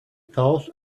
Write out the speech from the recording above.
thought